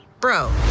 Bro